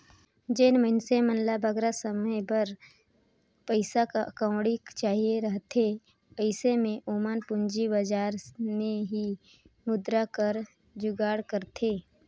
जेन मइनसे मन ल बगरा समे बर पइसा कउड़ी चाहिए रहथे अइसे में ओमन पूंजी बजार में ही मुद्रा कर जुगाड़ करथे